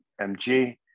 MG